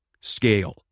scale